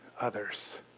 others